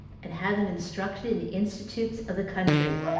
and had them instructed in the institutes of the country,